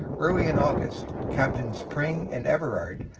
early in august captains pring and everard,